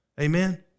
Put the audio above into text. Amen